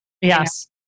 Yes